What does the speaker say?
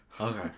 Okay